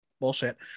Bullshit